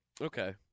Okay